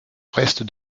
reste